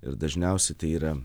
ir dažniausiai tai yra